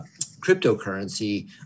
cryptocurrency